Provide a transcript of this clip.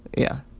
yeah.